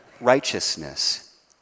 righteousness